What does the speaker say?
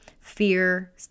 Fear